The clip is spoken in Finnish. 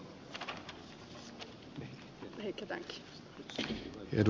edustaja virtanen